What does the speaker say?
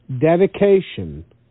Dedication